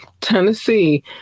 Tennessee